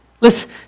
Listen